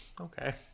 okay